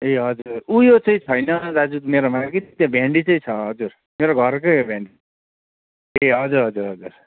ए हजुर उयो चाहिँ छैन दाजु मेरोमा कि त्यो भेन्डी चाहिँ छ हजुर मेरो घरकै हो भेन्डी ए हजुर हजुर हजुर